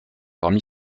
parmi